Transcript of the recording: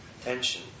tension